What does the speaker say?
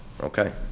Okay